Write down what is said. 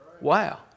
Wow